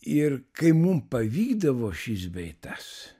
ir kai mum pavykdavo šis bei tas